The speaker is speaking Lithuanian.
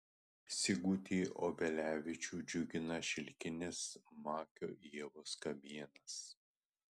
sigutį obelevičių džiugina šilkinis makio ievos kamienas